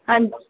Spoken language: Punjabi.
ਹਾਂਜੀ